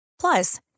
Plus